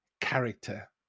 character